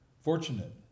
fortunate